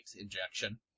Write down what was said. injection